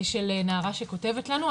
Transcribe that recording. של נערה שכותבת לנו,